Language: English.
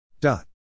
Dot